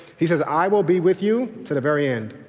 he says i will be with you to the very end.